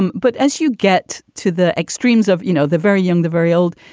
and but as you get to the extremes of, you know, the very young, the very old.